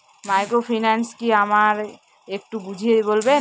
Microfinance কি আমায় একটু বুঝিয়ে বলবেন?